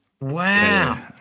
Wow